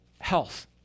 health